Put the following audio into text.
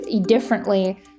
differently